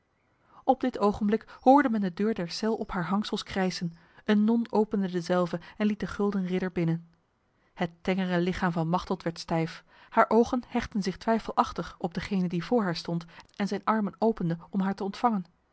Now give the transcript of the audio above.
op dit ogenblik hoorde men de deur der cel op haar hangsels krijsen een non opende dezelve en liet de gulden ridder binnen het tengere lichaam van machteld werd stijf haar ogen hechtten zich twijfelachtig op degene die voor haar stond en zijn armen opende om haar te ontvangen